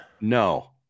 No